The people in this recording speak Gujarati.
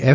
એફ